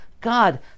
God